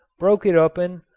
broke it open,